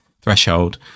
threshold